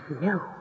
no